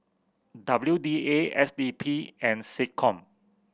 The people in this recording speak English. W D A S D P and SecCom